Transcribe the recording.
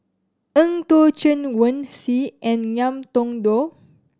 Eng Tow Chen Wen Hsi and Ngiam Tong Dow